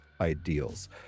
ideals